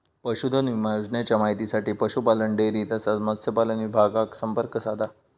पशुधन विमा योजनेच्या माहितीसाठी पशुपालन, डेअरी तसाच मत्स्यपालन विभागाक संपर्क साधा